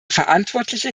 verantwortliche